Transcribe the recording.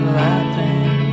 laughing